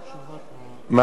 שלא יפירו זכויות עובדים.